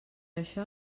això